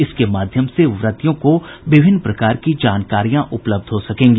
इसके माध्यम से व्रतियों को विभिन्न प्रकार की जानकारियां उपलब्ध हो सकेंगी